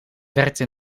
werkte